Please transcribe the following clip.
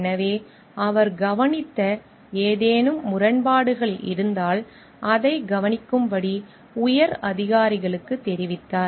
எனவே அவர் கவனித்த ஏதேனும் முரண்பாடுகள் இருந்தால் அதைக் கவனிக்கும்படி உயர் அதிகாரிகளுக்குத் தெரிவித்தார்